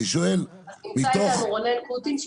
אני שואל מתוך -- נמצא איתנו כאן רונן קוטין שהוא